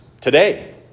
today